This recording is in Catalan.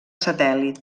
satèl·lit